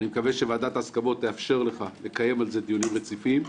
אני מקווה שוועדת ההסכמות תאפשר לך לקיים על זה דיונים רציפים,